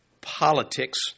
politics